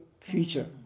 future